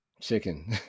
Chicken